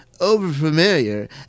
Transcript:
over-familiar